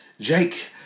Jake